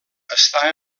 està